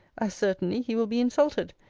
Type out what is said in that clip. as certainly he will be insulted.